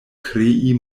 krei